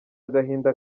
agahinda